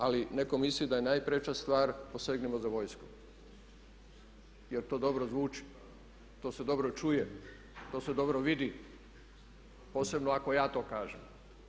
Ali netko misli da je najpreča stvar, posegnimo za vojskom jer to dobro zvuči, to se dobro čuje, to se dobro vidi posebno ako ja to kažem.